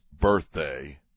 birthday